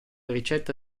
ricetta